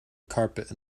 carpet